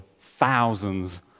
thousands